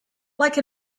like